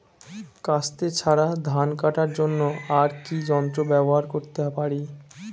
কাস্তে ছাড়া ধান কাটার জন্য আর কি যন্ত্র ব্যবহার করতে পারি?